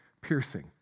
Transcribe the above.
piercing